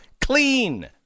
clean